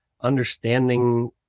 understanding